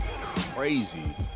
crazy